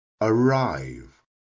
Arrive